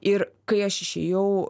ir kai aš išėjau